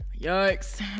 Yikes